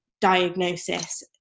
diagnosis